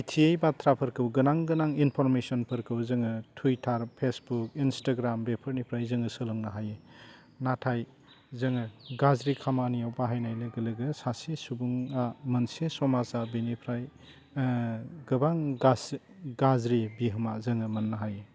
मिथियै बाथ्राफोरखौ गोनां गोनां इम्फरमेसनफोरखौ जोङो टुइटार फेसबुक इन्सटाग्राम बेफोरनिफ्राय जोङो सोलोंनो हायो नाथाय जोङो गाज्रि खामानियाव बाहायनाय लोगो लोगो सासे सुबुङा मोनसे समाजा बेनिफ्राय गोबां गास गाज्रि बिहोमा जोङो मोन्नो हायो